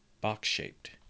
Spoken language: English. box-shaped